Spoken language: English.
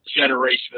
generation